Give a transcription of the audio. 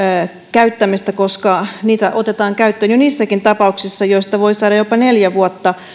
käyttämistä koska tämä otetaan käyttöön jo niissäkin tapauksissa joista voi saada jopa neljä vuotta